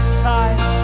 side